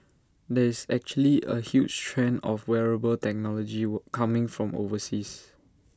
there is actually A huge trend of wearable technology were coming from overseas